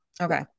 Okay